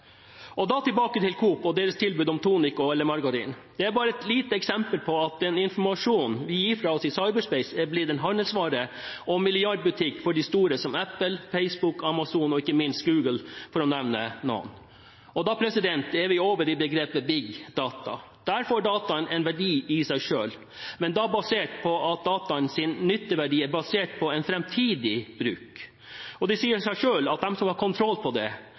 Tilbake til Coop og deres tilbud om tonic og margarin. Det er bare et lite eksempel på at den informasjonen vi gir fra oss i cyberspace, er blitt en handelsvare og milliardbutikk for de store som Apple, Facebook, Amazon og ikke minst Google – for å nevne noen. Da er vi over i begrepet «big data». Der får dataen en verdi i seg selv, men da basert på at dataens nytteverdi er basert på en framtidig bruk. Det sier seg selv at de som har kontroll på det,